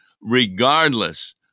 regardless